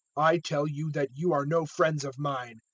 i tell you that you are no friends of mine.